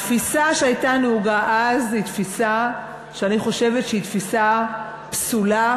התפיסה שהייתה נהוגה אז היא תפיסה שאני חושבת שהיא פסולה,